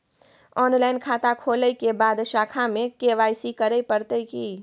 Online खाता खोलै के बाद शाखा में के.वाई.सी करे परतै की?